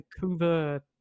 Vancouver